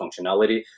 functionality